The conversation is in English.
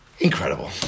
Incredible